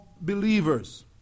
Believers